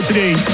Today